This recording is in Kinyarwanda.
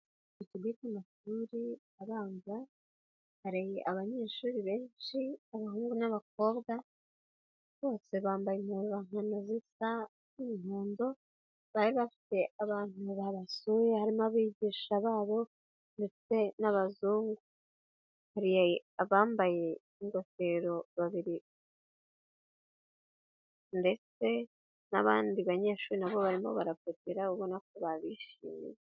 Ikigo cy'amashuri abanza, hari abanyeshuri benshi abahungu n'abakobwa, bose bambaye impuzankano zisa n'umuhondo, bari bafite abantu babasuye harimo abigisha babo ndetse n'abazungu, hari abambaye ingofero babiri ndetse n'abandi banyeshuri na bo barimo barapepera ubona ko babishimiye.